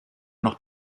noch